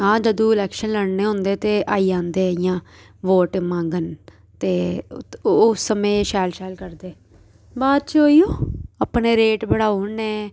हां जदूं इलैक्शन लड़ने होंदे ते आई जंदे इ'यां वोट मंगन ते ओह् समें शैल शैल करदे बाद च इयो अपने रेट बढ़ाऊ ओड़ने